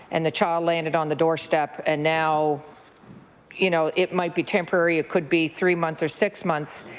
and the child landed on the doorstep. and now you know it might be temporary. it could be three months or six months.